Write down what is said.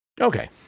Okay